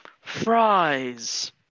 fries